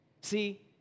See